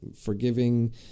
forgiving